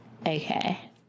Okay